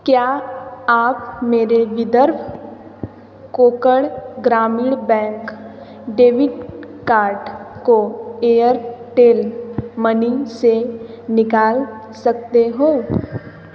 क्या आप मेरे Vidarbha Konkan Gramin bank debit card को एयरटेल मनी से निकाल सकते हो